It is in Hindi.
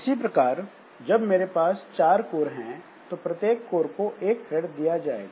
इसी प्रकार जब मेरे पास 4 कोर हैं तो प्रत्येक कोर को एक थ्रेड दिया जाएगा